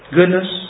goodness